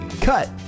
Cut